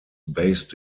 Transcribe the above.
based